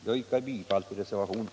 Jag yrkar bifall till reservationen.